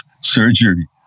surgery